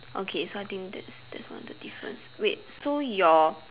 okay so I think that's that's one of the difference wait so your